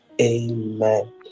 amen